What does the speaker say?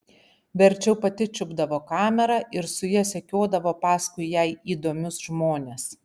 verčiau pati čiupdavo kamerą ir su ja sekiodavo paskui jai įdomius žmones